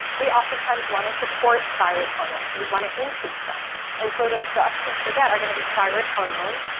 we oftentimes wanna support thyroid hormones. so we wanna increase them and so the the options for that are gonna be thyroid hormones,